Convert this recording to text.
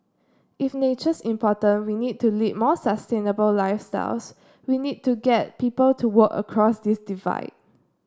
if nature's important we need to lead more sustainable lifestyles we need to get people to work across this divide